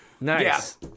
Nice